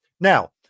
Now